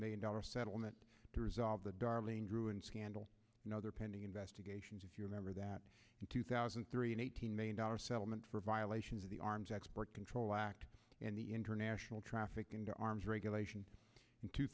million dollars settlement to resolve the darling grew in scandal and other pending investigations if you remember that in two thousand and three an eighteen million dollars settlement for violations of the arms export control act and the international trafficking to arms regulation in two